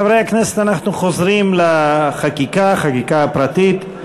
חברי הכנסת, אנחנו חוזרים לחקיקה הפרטית.